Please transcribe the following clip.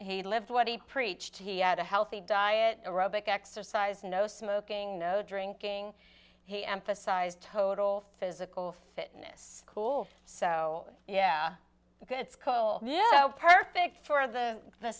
he lived what he preached he had a healthy diet aerobics exercise no smoking no drinking he emphasized total physical fitness cool so yeah it's cold yeah perfect for the th